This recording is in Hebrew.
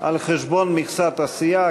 על חשבון מכסת הסיעה,